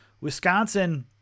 Wisconsin